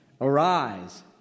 Arise